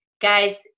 Guys